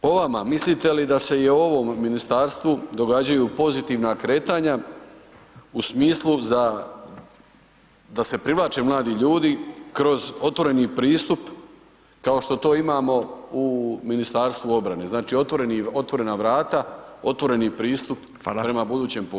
Po vama, mislite li da se i ovom ministarstvu događaju pozitivna kretanja u smislu da se privlače mladi ljudi kroz otvoreni pristup, kao što to imamo u Ministarstvu obrane, znači, otvorena vrata, otvoreni pristup [[Upadica: Hvala]] prema budućem pozivu.